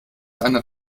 einer